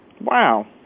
Wow